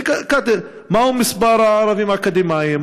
מהו מספר הערבים האקדמאים?